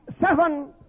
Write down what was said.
seven